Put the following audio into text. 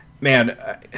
man